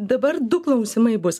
dabar du klausimai bus